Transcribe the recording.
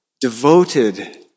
devoted